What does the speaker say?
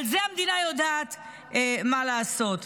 עם זה המדינה יודעת מה לעשות.